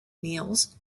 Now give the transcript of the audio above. meals